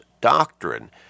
doctrine